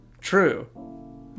True